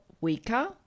weaker